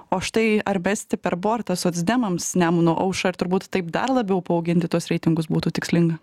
o štai ar mesti per bortą socdemams nemuno aušrą ir turbūt taip dar labiau paauginti tuos reitingus būtų tikslinga